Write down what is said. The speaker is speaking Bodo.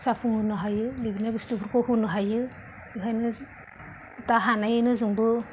जाफुंहोनो हायो लुबैनाय बुस्थुफोरखौ होनो हायो बेनिखायनो जों दा हानायैनो जोंबो